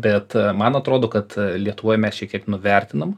bet man atrodo kad lietuvoj mes čia kiek nuvertinam